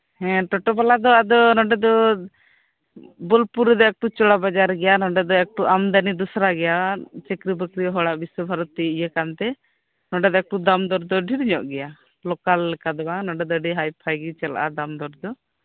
ᱦᱮᱸ ᱴᱳᱴᱳᱵᱟᱞᱟ ᱫᱚ ᱱᱚᱸᱰᱮ ᱫᱚ ᱵᱳᱞᱯᱩᱨ ᱨᱮᱫᱚ ᱪᱚᱲᱟ ᱵᱟᱡᱟᱨ ᱜᱮᱭᱟ ᱱᱚᱰᱮ ᱫᱚ ᱮᱠᱴᱩ ᱟᱢᱫᱟᱱᱤ ᱫᱚᱥᱨᱟ ᱜᱮᱭᱟ ᱪᱟᱠᱨᱤ ᱵᱟᱠᱨᱤ ᱦᱚᱲᱟᱜ ᱵᱤᱥᱥᱚ ᱵᱷᱟᱨᱚᱛᱤ ᱤᱭᱟᱹ ᱠᱟᱱᱛᱮ ᱱᱚᱰᱮ ᱫᱚ ᱮᱠᱴᱩ ᱫᱟᱢ ᱫᱚᱨ ᱫᱚ ᱰᱷᱮᱨ ᱧᱚᱜ ᱜᱮᱭᱟ ᱞᱚᱠᱟᱞ ᱞᱮᱠᱟ ᱫᱚ ᱵᱟᱝ ᱱᱚᱰᱮᱸ ᱫᱚ ᱟᱹᱰᱤ ᱦᱟᱭᱯᱷᱟᱭ ᱜᱮ ᱪᱟᱞᱟᱜᱼᱟ ᱫᱟᱢ ᱫᱚᱨ ᱫᱚ